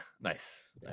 nice